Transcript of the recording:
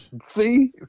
See